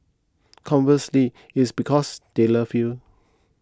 conversely it's because they love you